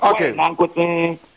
Okay